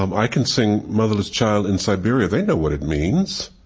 um i can sing motherless child in siberia they know what it means.